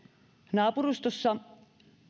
naapurustossa